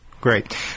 Great